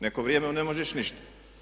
Neko vrijeme mu ne možeš ništa.